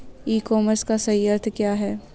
ई commerce का सही अर्थ क्या है?